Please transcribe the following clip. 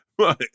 Right